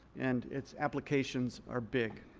and its applications are big.